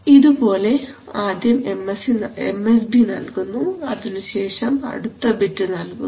ഇതുപോലെ ആദ്യം MSB നൽകുന്നു അതിനു ശേഷം അടുത്ത ബിറ്റ് നൽകുന്നു